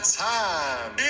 time